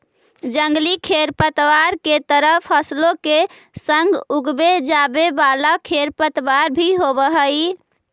जंगली खेरपतवार के तरह फसलों के संग उगवे जावे वाला खेरपतवार भी होवे हई